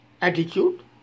attitude